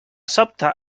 sobte